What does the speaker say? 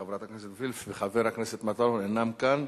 חברת הכנסת וילף וחבר הכנסת מטלון אינם כאן.